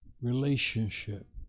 Relationship